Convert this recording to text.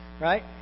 right